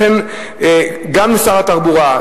לכן גם שר התחבורה,